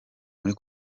muri